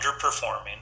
underperforming